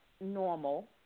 normal